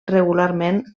regularment